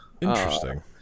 Interesting